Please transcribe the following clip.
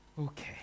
okay